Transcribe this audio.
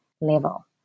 level